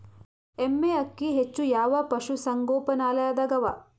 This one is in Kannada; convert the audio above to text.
ಎಮ್ಮೆ ಅಕ್ಕಿ ಹೆಚ್ಚು ಯಾವ ಪಶುಸಂಗೋಪನಾಲಯದಾಗ ಅವಾ?